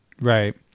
Right